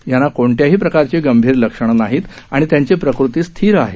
यांना कोणत्याही प्रकारची गंभीर लक्षणं नाहीत आणि त्यांची प्रकृती स्थिर आहे